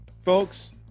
folks